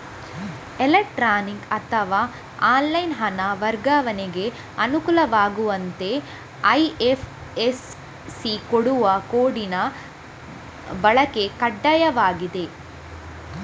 electronic ಅಥವಾ online ಹಣ ವರ್ಗಾವಣೆಗೆ ಅನುಕೂಲವಾಗುವಂತೆ ಐ.ಎಫ್.ಎಸ್.ಸಿ ಕೋಡಿನ ಬಳಕೆ ಕಡ್ಡಾಯವಾಗಿದೆ